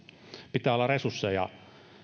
pitää olla resursseja